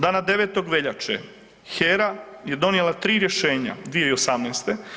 Dana 9. veljače HERA je donijela 3 rješenja, 2018.